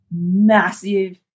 massive